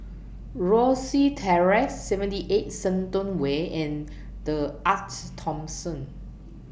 Rosyth Terrace seventy eight Shenton Way and The Arte Thomson